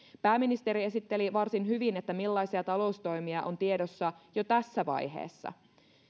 pääministeri esitteli varsin hyvin millaisia taloustoimia on tiedossa jo tässä vaiheessa